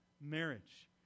marriage